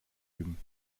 üben